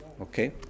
Okay